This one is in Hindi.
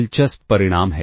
दिलचस्प परिणाम है